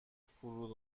فرود